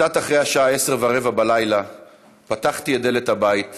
קצת אחרי השעה 22:15 פתחתי את דלת הבית,